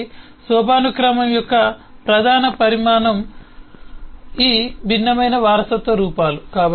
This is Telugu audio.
కాబట్టి సోపానక్రమం యొక్క ప్రధాన పరిణామం ఈ భిన్నమైన వారసత్వ రూపాలు